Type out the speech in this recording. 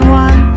one